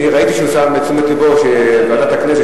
אני ראיתי שהוא שם, לתשומת לבו, ועדת הכנסת,